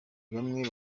bamwe